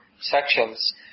sections